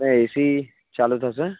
અને એસી ચાલું થશે